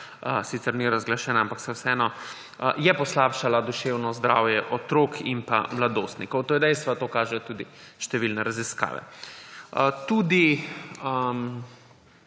sicer ni razglašena, ampak saj je vseeno, poslabšala duševna zdravje otrok in mladostnikov. To je dejstvo, to kažejo tudi številne raziskave. Tudi